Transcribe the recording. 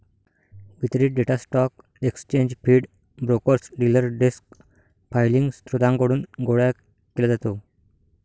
वितरित data stock exchange feed, brokers, dealer desk filing स्त्रोतांकडून गोळा केला जातो